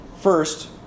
first